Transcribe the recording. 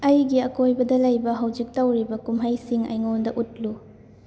ꯑꯩꯒꯤ ꯑꯀꯣꯏꯕꯗ ꯂꯩꯕ ꯍꯧꯖꯤꯛ ꯇꯧꯔꯤꯕ ꯀꯨꯝꯍꯩꯁꯤꯡ ꯑꯩꯉꯣꯟꯗ ꯎꯠꯂꯨ